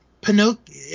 pinocchio